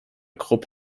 krupp